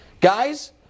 guys